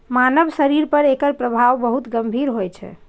मानव शरीर पर एकर प्रभाव बहुत गंभीर होइ छै